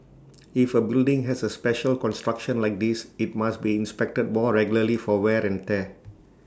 if A building has A special construction like this IT must be inspected more regularly for wear and tear